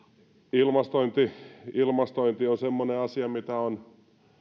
ilmastointi ilmastointi on semmoinen asia mitä on